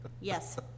Yes